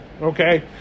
Okay